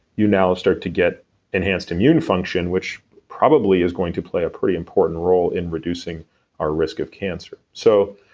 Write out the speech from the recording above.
you now start to get enhanced immune function, which probably is going to play a pretty important role in reducing our risk of cancer so